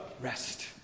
rest